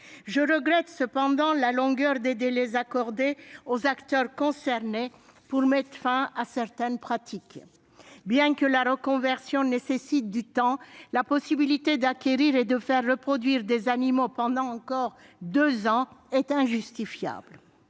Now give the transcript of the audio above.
Je regrette cependant la longueur des délais accordés aux acteurs concernés pour mettre fin à certaines pratiques. Bien que la reconversion nécessite du temps, la possibilité d'acquérir et de faire reproduire des animaux pendant encore deux ans est injustifiable.